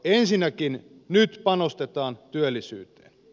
ensinnäkin nyt panostetaan työllisyyteen